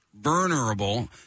vulnerable